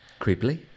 Creepily